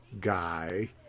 guy